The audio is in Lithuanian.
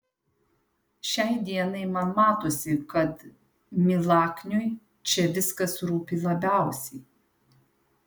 šiai dienai man matosi kad milakniui čia viskas rūpi labiausiai